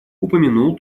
упомянул